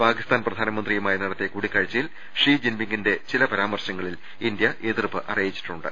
പാകിസ്ഥാൻ പ്രധാനമന്ത്രിയുമായി നടത്തിയ കൂടിക്കാഴ്ച്ച യിൽ ഷീ ജിൻപിങ്ങിന്റെ ചില പരാമർശങ്ങളിൽ ഇന്ത്യ ശക്തമായ എതിർപ്പ് അറിയിച്ചിട്ടുണ്ട്